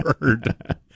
bird